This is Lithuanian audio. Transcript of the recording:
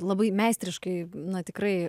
labai meistriškai na tikrai